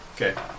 Okay